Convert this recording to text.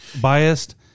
biased